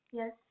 Yes